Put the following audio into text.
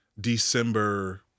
December